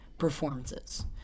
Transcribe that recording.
performances